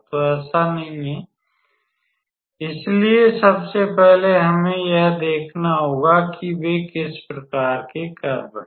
तो ऐसा नहीं है इसलिए सबसे पहले हमें यह देखना होगा कि वे किस प्रकार के कर्व हैं